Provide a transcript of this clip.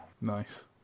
Nice